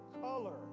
color